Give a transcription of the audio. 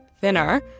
Thinner